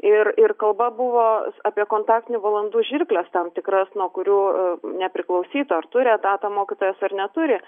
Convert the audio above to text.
ir ir kalba buvo apie kontaktinių valandų žirkles tam tikras nuo kurių nepriklausytų ar turi etatą mokytojas ar neturi